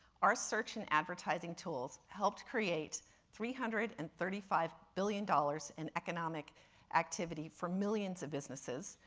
our search and advertising tools helped create three hundred and thirty five billion dollars in economic activity for millions of businesses,